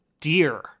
dear